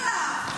היו איומים עליו.